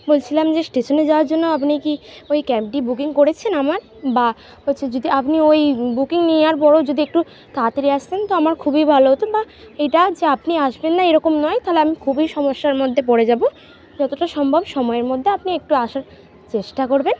বলছিলাম যে স্টেশনে যাওয়ার জন্য আপনি কি ওই ক্যাবটি বুকিং করেছেন আমার বা হচ্ছে যদি আপনি ওই বুকিং নেওয়ার পরেও যদি একটু তাড়াতাড়ি আসতেন তো আমার খুবই ভালো হতো বা এইটা যে আপনি আসবেন না এরকম নয় তাহলে আমি খুবই সমস্যার মধ্যে পড়ে যাব যতটা সম্ভব সময়ের মধ্যে আপনি একটু আসার চেষ্টা করবেন